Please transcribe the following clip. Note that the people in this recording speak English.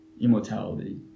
immortality